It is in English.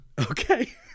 Okay